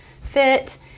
fit